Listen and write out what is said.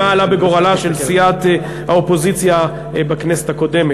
מה עלה בגורלה של סיעת האופוזיציה בכנסת הקודמת,